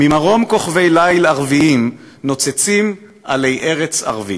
/ ממרום כוכבי-ליל ערביים / נוצצים עלי ארץ ערבית.